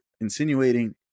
insinuating